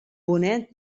bonet